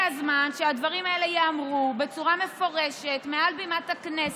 זה נקרא ביקורת.